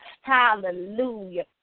hallelujah